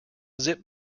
zip